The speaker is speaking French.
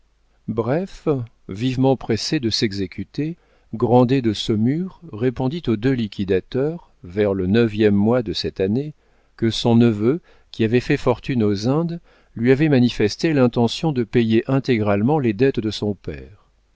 bref vivement pressé de s'exécuter grandet de saumur répondit aux deux liquidateurs vers le neuvième mois de cette année que son neveu qui avait fait fortune aux indes lui avait manifesté l'intention de payer intégralement les dettes de son père